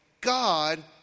God